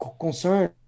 concern